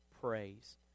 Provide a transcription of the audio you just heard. praise